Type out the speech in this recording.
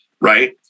right